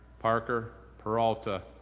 parker, peralta,